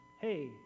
hey